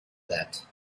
that